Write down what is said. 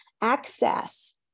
access